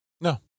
No